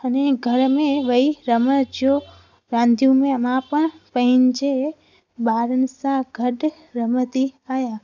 अने घर में वही रमण जो रांदियूं में मां पाण पंहिंजे ॿारनि सां गॾु रमंदी आहियां